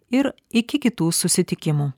ir iki kitų susitikimų